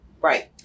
Right